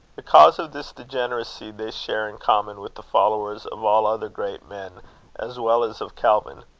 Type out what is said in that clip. the cause of this degeneracy they share in common with the followers of all other great men as well as of calvin.